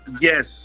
yes